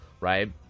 right